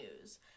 news